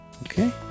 okay